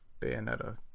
Bayonetta